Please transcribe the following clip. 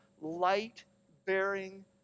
light-bearing